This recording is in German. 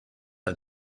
ein